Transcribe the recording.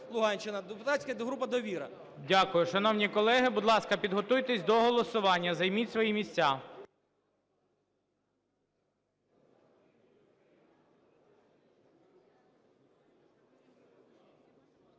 Дякую. Шановні колеги, будь ласка, підготуйтесь до голосування, займіть свої місця.